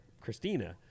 Christina